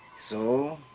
so.